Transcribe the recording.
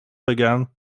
began